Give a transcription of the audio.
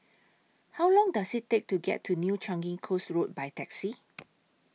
How Long Does IT Take to get to New Changi Coast Road By Taxi